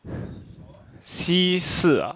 C 四 ah